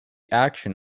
action